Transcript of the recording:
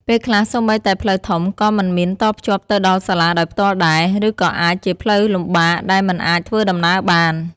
ពេលខ្លះសូម្បីតែផ្លូវធំក៏មិនមានតភ្ជាប់ទៅដល់សាលាដោយផ្ទាល់ដែរ ឬក៏អាចជាផ្លូវលំបាកដែលមិនអាចធ្វើដំណើរបាន។